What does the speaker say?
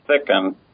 thicken